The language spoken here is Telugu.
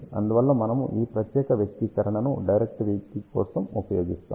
అందువల్ల మనము ఈ ప్రత్యేక వ్యక్తీకరణను డైరెక్టివిటీ కోసం ఉపయోగిస్తాము